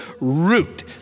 root